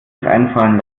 einfallen